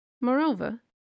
Moreover